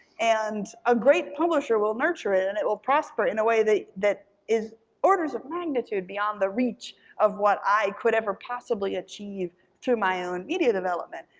and a great publisher will nurture it, and it will prosper in a way that is orders of magnitude beyond the reach of what i could every possibly achieve through my own media development,